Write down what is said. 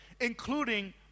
including